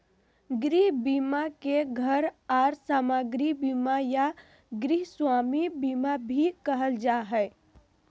गृह बीमा के घर आर सामाग्री बीमा या गृहस्वामी बीमा भी कहल जा हय